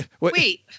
Wait